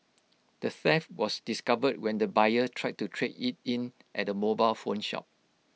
the theft was discovered when the buyer tried to trade IT in at A mobile phone shop